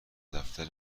دفتر